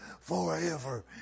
forever